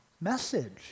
message